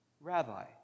Rabbi